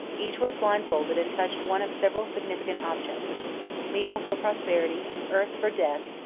each was blindfolded and touched one of several significant objects meal for prosperity, earth for death,